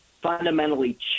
fundamentally